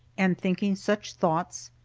and thinking such thoughts,